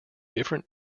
different